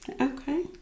okay